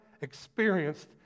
experienced